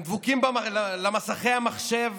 הם דבוקים למסכי המחשב,